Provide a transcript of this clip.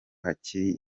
hakiri